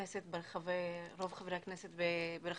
רוב חברי הכנסת ---,